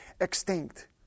extinct